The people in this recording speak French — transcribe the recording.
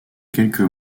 quelques